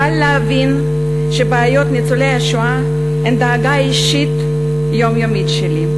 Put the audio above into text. קל להבין שבעיות ניצולי השואה הן דאגה אישית יומיומית שלי.